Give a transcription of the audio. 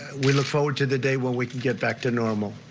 we look forward to the day when we can get back to normal.